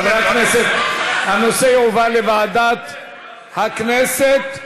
חברי הכנסת, הנושא יועבר לוועדת הכנסת,